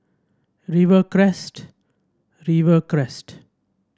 Rivercrest Rivercrest